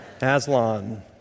Aslan